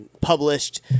published